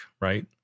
right